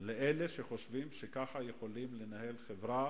לאלה שחושבים שכך יכולים לנהל חברה